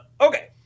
Okay